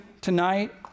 tonight